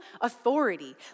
authority